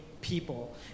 people